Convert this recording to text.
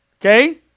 Okay